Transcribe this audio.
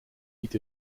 niet